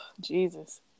Jesus